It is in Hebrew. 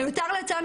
מיותר לציין,